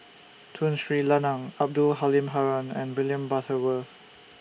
Tun Sri Lanang Abdul Halim Haron and William Butterworth